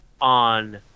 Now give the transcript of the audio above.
on